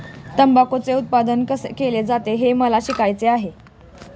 तंबाखूचे उत्पादन कसे केले जाते हे मला शिकायचे आहे